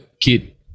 kid